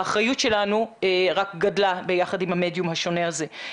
האחריות שלנו רק גדלה ביחד עם המדיום השונה הזה.